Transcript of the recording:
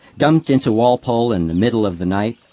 dumped into walpole in the middle of the night,